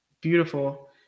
Beautiful